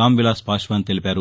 రాంవిలాస్ పాశ్వాన్ తెలిపారు